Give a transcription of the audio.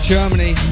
Germany